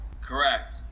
correct